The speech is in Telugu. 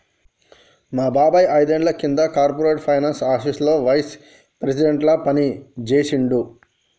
మా బాబాయ్ ఐదేండ్ల కింద కార్పొరేట్ ఫైనాన్స్ ఆపీసులో వైస్ ప్రెసిడెంట్గా పనిజేశిండు